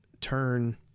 turn